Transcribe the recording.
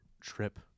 trip